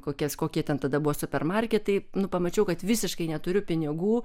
kokias kokie ten tada buvo super marketai nu pamačiau kad visiškai neturiu pinigų